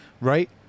Right